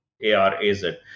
A-R-A-Z